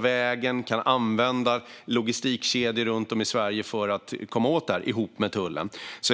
vägen och logistikkedjor runt om i Sverige för att komma åt detta tillsammans med tullen.